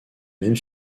même